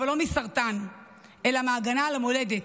אבל לא מסרטן אלא מהגנה על המולדת.